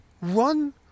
run